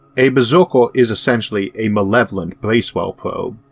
a berserker is essentially a malevolent bracewell probe,